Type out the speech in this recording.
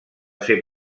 ser